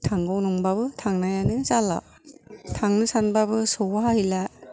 थांगौ नंबाबो थांनायानो जाला थांनो सानबाबो सौहा हैला